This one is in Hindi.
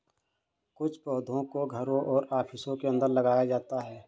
कुछ पौधों को घरों और ऑफिसों के अंदर लगाया जाता है